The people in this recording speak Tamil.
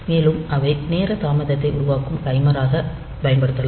மேலும் அவை நேர தாமதத்தை உருவாக்கும் டைமராக பயன்படுத்தப்படலாம்